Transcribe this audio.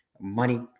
money